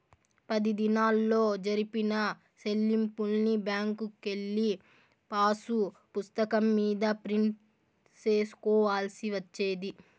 పది దినాల్లో జరిపిన సెల్లింపుల్ని బ్యాంకుకెళ్ళి పాసుపుస్తకం మీద ప్రింట్ సేసుకోవాల్సి వచ్చేది